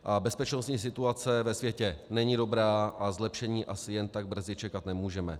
A bezpečnostní situace ve světě není dobrá a zlepšení asi jen tak brzy čekat nemůžeme.